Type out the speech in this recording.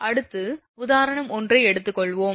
அடுத்து உதாரணம் 1 ஐ எடுத்துக்கொள்வோம்